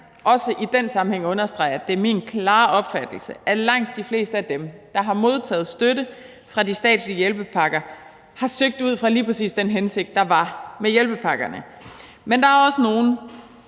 også i den sammenhæng understrege, at det er min klare opfattelse, at langt de fleste af dem, der har modtaget støtte fra de statslige hjælpepakker, har søgt ud fra lige præcis den hensigt, der var med hjælpepakkerne. Men der er også nogle,